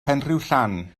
penrhiwllan